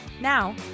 Now